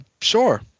sure